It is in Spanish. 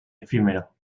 efímero